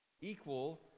Equal